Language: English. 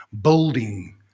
building